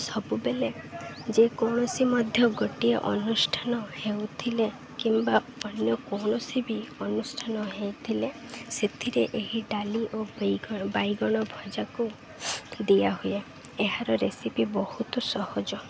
ସବୁବେଳେ ଯେକୌଣସି ମଧ୍ୟ ଗୋଟିଏ ଅନୁଷ୍ଠାନ ହେଉଥିଲେ କିମ୍ବା ଅନ୍ୟ କୌଣସି ବି ଅନୁଷ୍ଠାନ ହେଇଥିଲେ ସେଥିରେ ଏହି ଡାଲି ଓ ବାଇଗଣ ବାଇଗଣ ଭଜାକୁ ଦିଆହୁୁଏ ଏହାର ରେସିପି ବହୁତ ସହଜ